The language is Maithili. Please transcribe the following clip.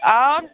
आओर